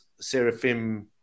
seraphim